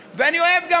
אני אוהב את המסורת שלי,